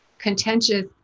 contentious